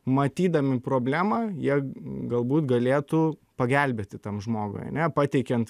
matydami problemą jie galbūt galėtų pagelbėti tam žmogui ane pateikiant